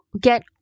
get